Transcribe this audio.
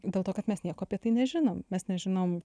dėl to kad mes nieko apie tai nežinom mes nežinom